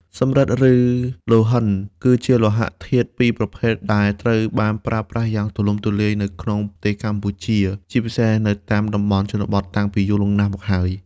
សំរឹទ្ធ ឬ លង្ហិនគឺជាលោហៈធាតុពីរប្រភេទដែលត្រូវបានប្រើប្រាស់យ៉ាងទូលំទូលាយនៅក្នុងប្រទេសកម្ពុជា ជាពិសេសនៅតាមតំបន់ជនបទ តាំងពីយូរលង់ណាស់មកហើយ។